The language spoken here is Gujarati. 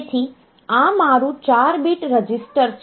તેથી આ મારું 4 બીટ રજીસ્ટર છે